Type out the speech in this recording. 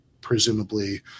presumably